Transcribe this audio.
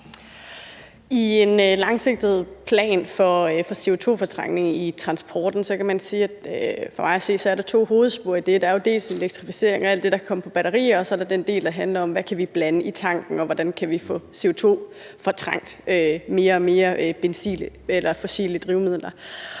Signe Munk (SF): I en langsigtet plan for CO2-fortrængning i transporten er der for mig at se to hovedspor. Der er elektrificeringen og alt det, der kan komme på batterier, og så er der den del, der handler om, hvad vi kan blande i tanken, og hvordan vi kan fortrænge CO2 mere og mere og bruge færre fossile drivmidler.